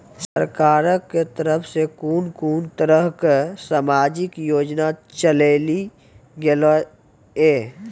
सरकारक तरफ सॅ कून कून तरहक समाजिक योजना चलेली गेलै ये?